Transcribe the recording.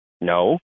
No